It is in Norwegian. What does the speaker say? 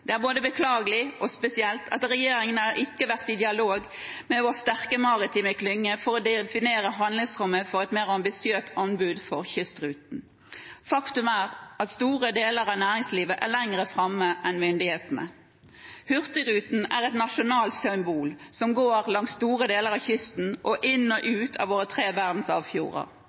Det er både beklagelig og spesielt at regjeringen ikke har vært i dialog med vår sterke maritime klynge for å definere handlingsrommet for et mer ambisiøst anbud for kystruten. Faktum er at store deler av næringslivet er lenger framme enn myndighetene. Hurtigruten er et nasjonalt symbol som går langs store deler av kysten og inn og ut av våre tre verdensarvfjorder.